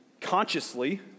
consciously